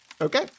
Okay